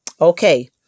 Okay